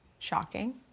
shocking